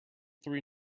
three